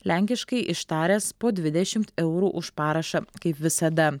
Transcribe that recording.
lenkiškai ištaręs po dvidešimt eurų už parašą kaip visada